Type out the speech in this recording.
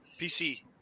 PC